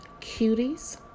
Cuties